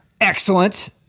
Excellent